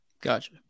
Gotcha